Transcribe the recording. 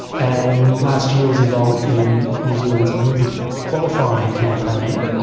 and last year was involved in new zealand's olympic qualifying campaign.